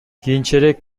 кийинчерээк